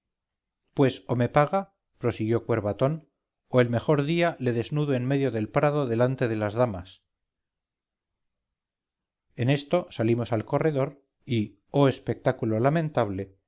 pues o me paga prosiguió cuervatón o el mejor día le desnudo en medio del prado delante de las damas en esto salimos al corredor y oh espectáculo lamentable